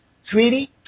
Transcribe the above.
sweetie